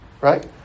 right